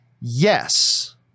Yes